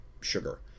sugar